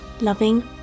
loving